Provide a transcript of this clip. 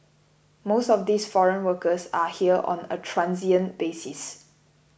most of these foreign workers are here on a transient basis